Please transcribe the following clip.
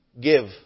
Give